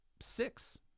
six